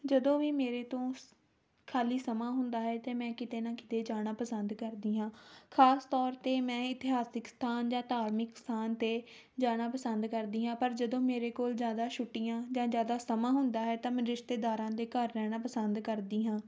ਜਦੋਂ ਵੀ ਮੇਰੇ ਤੋਂ ਸ ਖਾਲੀ ਸਮਾਂ ਹੁੰਦਾ ਹੈ ਅਤੇ ਮੈਂ ਕਿਤੇ ਨਾ ਕਿਤੇ ਜਾਣਾ ਪਸੰਦ ਕਰਦੀ ਹਾਂ ਖਾਸ ਤੌਰ 'ਤੇ ਮੈਂ ਇਤਿਹਾਸਿਕ ਸਥਾਨ ਜਾਂ ਧਾਰਮਿਕ ਅਸਥਾਨ 'ਤੇ ਜਾਣਾ ਪਸੰਦ ਕਰਦੀ ਹਾਂ ਪਰ ਜਦੋਂ ਮੇਰੇ ਕੋਲ ਜ਼ਿਆਦਾ ਛੁੱਟੀਆਂ ਜਾਂ ਜ਼ਿਆਦਾ ਸਮਾਂ ਹੁੰਦਾ ਹੈ ਤਾਂ ਮੈਂ ਰਿਸ਼ਤੇਦਾਰਾਂ ਦੇ ਘਰ ਰਹਿਣਾ ਪਸੰਦ ਕਰਦੀ ਹਾਂ